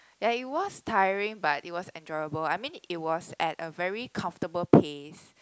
ya it was tiring but it was enjoyable I mean it was at a very comfortable pace